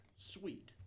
Sweet